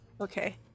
Okay